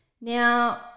Now